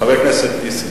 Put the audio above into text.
חבר הכנסת נסים.